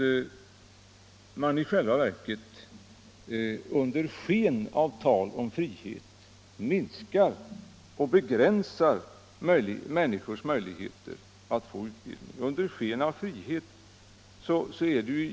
Under sken av och tal om frihet minskar och begränsar ni människornas möjligheter att få utbildning.